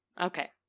Okay